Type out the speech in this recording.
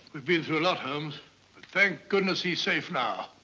we've been through a lot, holmes but thank goodness he's safe now.